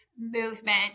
movement